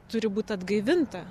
turi būt atgaivinta